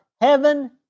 heaven